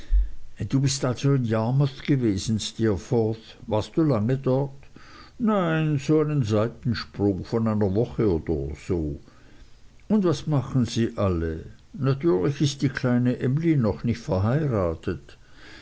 du bist also in yarmouth gewesen steerforth warst du lange dort nein so einen seitensprung von einer woche oder so und was machen sie alle natürlich ist die kleine emly noch nicht verheiratet